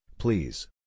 Please